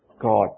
God